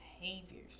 behaviors